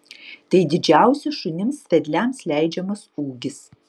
tai didžiausias šunims vedliams leidžiamas ūgis